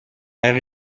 era